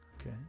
Okay